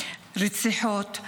רציחות,